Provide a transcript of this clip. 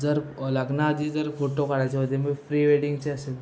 जर लग्ना आधी जर फोटो काढायचे होते मी फ्री वेडिंगचे असेल